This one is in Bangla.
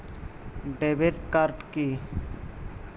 ডেবিট কার্ড কি?